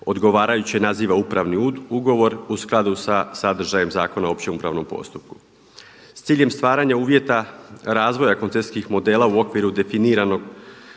odgovarajuće naziva upravni ugovor u skladu sa sadržajem Zakona o općem upravnom postupku. S ciljem stvaranja uvjeta razvoja koncesijskih modela u okviru definiranog